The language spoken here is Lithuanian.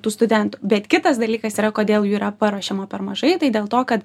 tų studentų bet kitas dalykas yra kodėl jų yra paruošiama per mažai tai dėl to kad